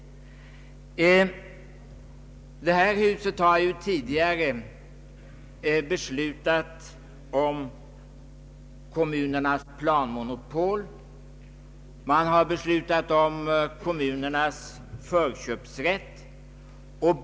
I det här huset har vi tidigare beslutat om kommunernas planmonopol och om kommunernas förköpsrätt.